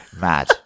Mad